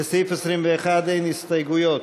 לסעיף 21 אין הסתייגויות.